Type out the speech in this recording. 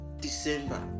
December